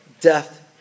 Death